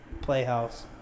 playhouse